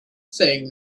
saying